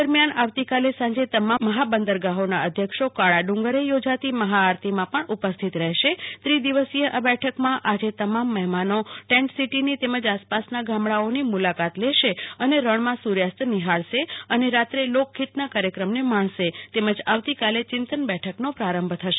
દરમ્યાન આવતીકાલે સાંજે તમામ મહાબંદરો ગાહોના અધ્યક્ષો કાળાડુંગરે યોજાતી મહાઆરતીમાં પણ ઉપસ્થિત રહેશે ત્રિદિવસીય આ બેઠકમાં આજે તમામ મહેમાનો ટેન્ટસીટી તેમજ આસપાસના ગામડાઓની મુલાકાત લેશે અને રણમાં સુ ર્યાસ્ત નિફાળશે અને રાત્રે લોકસંગીતના કાર્યક્રમને માણશે તેમજ આવતીકાલે ચિંતન બેઠકનો પ્રારંભ થશે